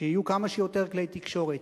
ושיהיו כמה שיותר כלי תקשורת,